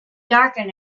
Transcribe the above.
darken